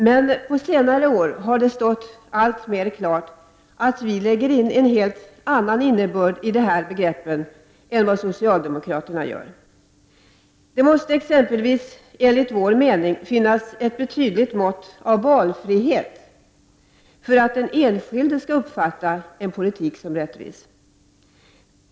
Men på senare år har det stått alltmer klart att vi lägger in en helt annan innebörd i dessa begrepp än vad socialdemokraterna gör. Enligt vår uppfattning måste det t.ex. finnas ett betydligt mått av valfrihet för att den enskilde skall uppfatta en politik som rättvis.